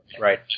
Right